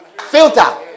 Filter